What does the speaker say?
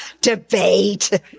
debate